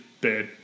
bad